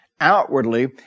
outwardly